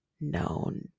known